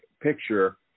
picture